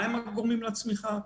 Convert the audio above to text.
מהם הגורמים לצמיחה?